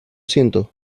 siento